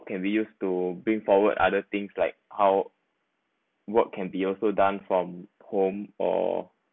can we use to bring forward other things like how what can be also done from home or